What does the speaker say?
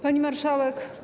Pani Marszałek!